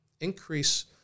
Increase